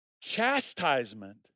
chastisement